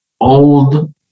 old